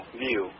view